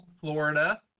Florida